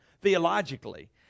theologically